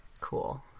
Cool